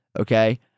okay